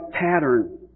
pattern